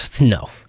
No